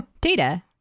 Data